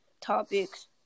topics